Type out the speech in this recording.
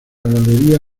galería